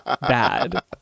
bad